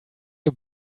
you